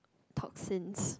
toxins